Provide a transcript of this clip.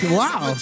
wow